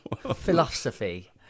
Philosophy